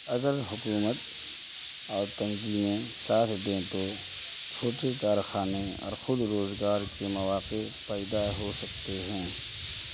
اگر حکومت اور تنظیمیں ساتھ دیں تو چھوٹے کارخانے اور خود روزگار کے مواقع پیدا ہو سکتے ہیں